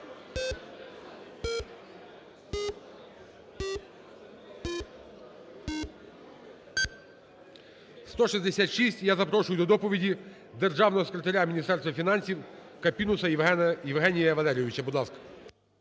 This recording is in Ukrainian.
За-166 Я запрошую до доповіді державного секретаря Міністерства фінансів Капінуса Євгенія Валерійовича,